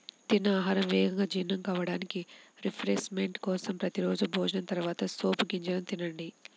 తిన్న ఆహారం వేగంగా జీర్ణం కావడానికి, రిఫ్రెష్మెంట్ కోసం ప్రతి రోజూ భోజనం తర్వాత సోపు గింజలను తినండి